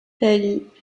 pâlit